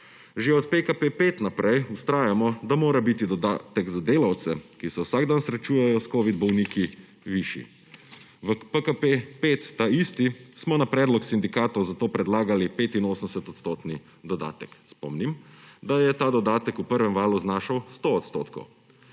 Že od PKP 5 naprej vztrajamo, da mora biti dodatek za delavce, ki se vsak dan srečujejo s covid bolniki, višji. V PKP 5, ta isti, smo na predlog sindikatov zato predlagali 85-odstotni dodatek. Spomnim, da je ta dodatek v prvem valu znašal 100 odstotkov.